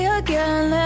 again